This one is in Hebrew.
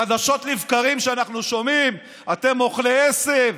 חדשות לבקרים שאנחנו שומעים: אתם אוכלי עשב,